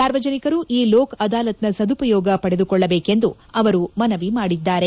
ಸಾರ್ವಜನಿಕರು ಈ ಲೋಕ ಅದಾಲತ್ನ ಸದುಪಯೋಗ ಪಡೆದುಕೊಳ್ಳಬೇಕೆಂದು ಅವರು ಮನವಿ ಮಾಡಿದ್ದಾರೆ